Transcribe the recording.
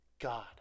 God